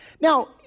Now